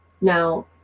Now